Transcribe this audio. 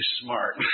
smart